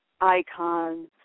icon